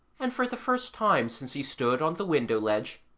and for the first time since he stood on the window ledge,